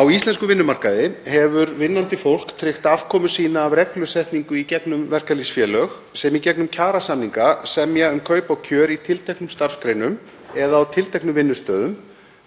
Á íslenskum vinnumarkaði hefur vinnandi fólk tryggt afkomu sína af reglusetningu í gegnum verkalýðsfélög sem í gegnum kjarasamninga semja um kaup og kjör í tilteknum starfsgreinum eða á tilteknum vinnustöðum